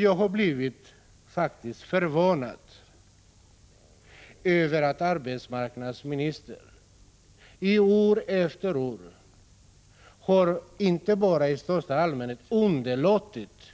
Jag har blivit förvånad över att arbetsmarknadsministern år efter år inte bara i största allmänhet har underlåtit